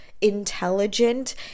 intelligent